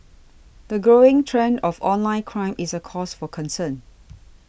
the growing trend of online crime is a cause for concern